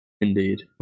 Indeed